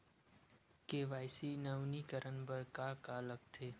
KYC नवीनीकरण बर का का लगथे?